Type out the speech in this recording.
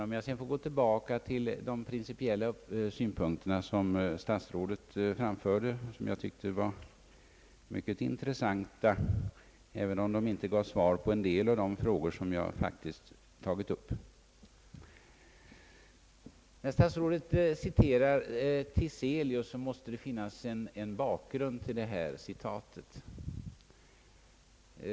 Om jag sedan får gå tillbaka till de principella synpunkter, som statsrådet framförde, så tyckte jag att de var mycket intressanta, även om det inte kom något svar på en del av de frågor som jag faktiskt tagit upp. Herr statsrådet citerar Tiselius. Det måste finnas en bakgrund till detta citat.